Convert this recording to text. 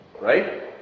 Right